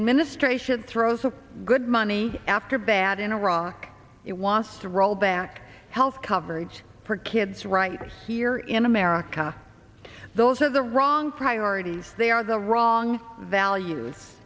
administration throws a good money after add in iraq it wants to roll back health coverage for kids right here in america those are the wrong priorities they are the wrong values